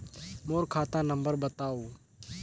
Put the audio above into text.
मोर खाता नम्बर बताव?